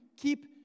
keep